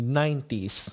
90s